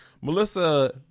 Melissa